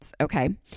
Okay